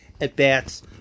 at-bats